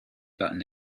button